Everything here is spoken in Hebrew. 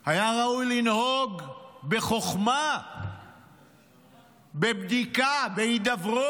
היה ראוי לנהוג בחוכמה, בבדיקה, בהידברות.